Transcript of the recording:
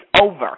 over